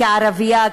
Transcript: כערבייה,